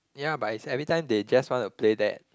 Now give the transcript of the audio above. yeah but is everytime they just want to play that